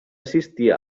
assistir